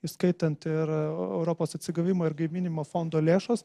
įskaitant ir europos atsigavimo ir gaivinimo fondo lėšos